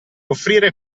offrire